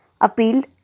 Appealed